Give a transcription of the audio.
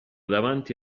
davanti